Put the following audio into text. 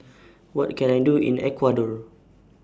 What Can I Do in Ecuador